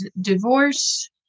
divorce